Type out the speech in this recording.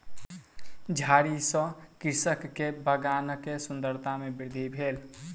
झाड़ी सॅ कृषक के बगानक सुंदरता में वृद्धि भेल